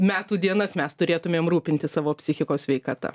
metų dienas mes turėtumėm rūpintis savo psichikos sveikata